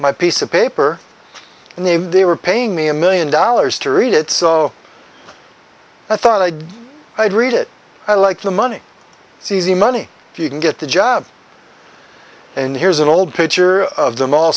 my piece of paper and they they were paying me a million dollars to read it so i thought i had read it i like the money it's easy money if you can get the job and here's an old picture of them all